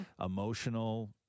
emotional